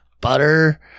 butter